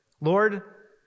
Lord